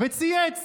וצייץ.